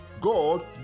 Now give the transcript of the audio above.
God